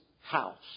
house